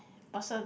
person